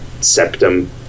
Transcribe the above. septum